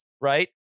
right